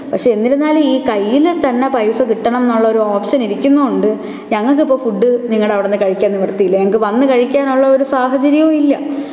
പക്ഷെ എന്നിരുന്നാലും ഈ കൈയിൽ തന്നെ പൈസ കിട്ടണമെന്നുള്ളൊരു ഓപ്ഷൻ ഇരിക്കുന്നതു കൊണ്ട് ഞങ്ങൾക്ക് ഇപ്പോള് ഫുഡ് നിങ്ങളുടെ അവിടുന്ന് കഴിക്കാൻ നിവർത്തിയില്ല ഞങ്ങള്ക്ക് വന്ന് കഴിക്കാനുള്ളൊരു സാഹചര്യവും ഇല്ല